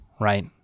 right